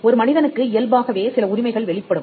ஒரு மனிதனுக்கு இயல்பாகவே சில உரிமைகள் வெளிப்படும்